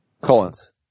Collins